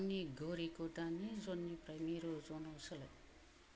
आंनि घरिखौ दानि जननिफ्राय मिरु जनाव सोलाय